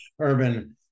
urban